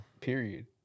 period